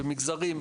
במגזרים,